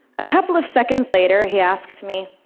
a couple of seconds later, he asked me,